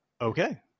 Okay